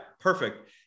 perfect